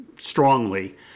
strongly